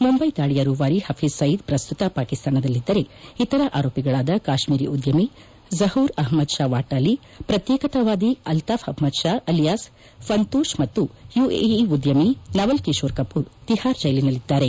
ಮುಂಬೈ ದಾಳಿಯ ರೂವಾರಿ ಹಫೀಜ್ ಸಯೀದ್ ಪ್ರಸ್ತುತ ಪಾಕಿಸ್ತಾನದಲ್ಲಿದ್ದರೆ ಇತರ ಆರೋಪಿಗಳಾದ ಕಾಶ್ನೀರಿ ಉದ್ಯಮಿ ಜಹೂರ್ ಅಹ್ಲದ್ ಶಾ ವಾಟಾಲಿ ಪ್ರತ್ಯೇಕತಾವಾದಿ ಅಲ್ತಾಫ್ ಅಹ್ಲದ್ ಷಾ ಅಲಿಯಾಸ್ ಫಂತೂಷ್ ಮತ್ತು ಯುಎಇ ಉದ್ದಮಿ ನವಲ್ ಕಿಶೋರ್ ಕಪೂರ್ ತಿಹಾರ್ ಜೈಲಿನಲ್ಲಿದ್ದಾರೆ